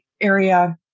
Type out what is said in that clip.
area